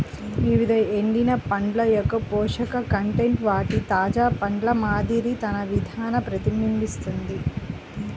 వివిధ ఎండిన పండ్ల యొక్కపోషక కంటెంట్ వాటి తాజా పండ్ల మాదిరి తన విధాన ప్రతిబింబిస్తాయి